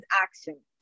action